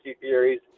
theories